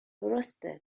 درسته